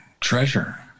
treasure